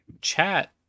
chat